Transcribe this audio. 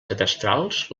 cadastrals